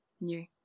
new